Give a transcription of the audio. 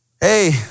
Hey